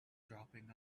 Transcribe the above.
dropping